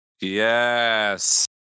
Yes